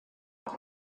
elle